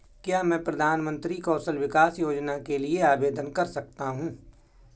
क्या मैं प्रधानमंत्री कौशल विकास योजना के लिए आवेदन कर सकता हूँ?